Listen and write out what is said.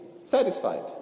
satisfied